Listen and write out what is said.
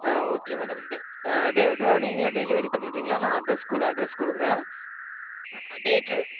okay madam நீங்களே delivery பண்ணிறீங்களா நான் அட்ரஸ் ஸ்கூல் அட்ரஸ் கொடுக்குறேன் டேட்டு